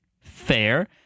Fair